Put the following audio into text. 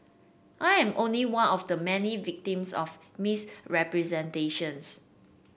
I am only one of many victims of misrepresentations